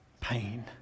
pain